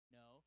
no